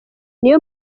niyo